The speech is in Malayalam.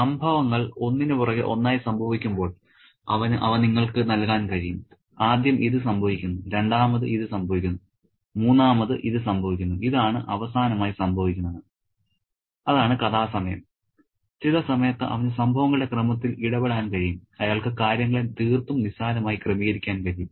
സംഭവങ്ങൾ ഒന്നിനുപുറകെ ഒന്നായി സംഭവിക്കുമ്പോൾ അവന് അവ നിങ്ങൾക്ക് നൽകാൻ കഴിയും ആദ്യം ഇത് സംഭവിക്കുന്നു രണ്ടാമത് ഇത് സംഭവിക്കുന്നു മൂന്നാമത് ഇത് സംഭവിക്കുന്നു ഇതാണ് അവസാനമായി സംഭവിക്കുന്നത് അതാണ് കഥാ സമയം ചില സമയത്ത് അവന് സംഭവങ്ങളുടെ ക്രമത്തിൽ ഇടപെടാൻ കഴിയും അയാൾക്ക് കാര്യങ്ങളെ തീർത്തും നിസ്സാരമായി ക്രമീകരിക്കാൻ കഴിയും